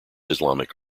islamic